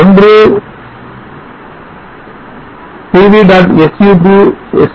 ஒன்று pv